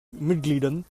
mitgliedern